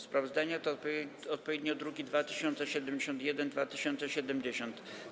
Sprawozdania to odpowiednio druki nr 2071 i 2070.